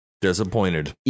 Disappointed